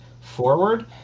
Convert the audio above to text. forward